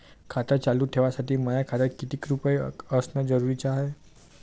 खातं चालू ठेवासाठी माया खात्यात कितीक रुपये असनं जरुरीच हाय?